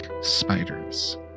spiders